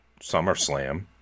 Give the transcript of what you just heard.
SummerSlam